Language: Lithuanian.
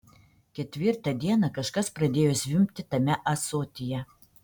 ketvirtą dieną kažkas pradėjo zvimbti tame ąsotyje